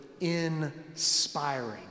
inspiring